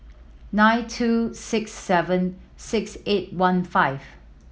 nine two six seven six eight one five